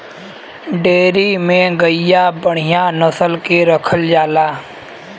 dairy में गइया बढ़िया नसल के रखल जाला